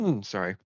sorry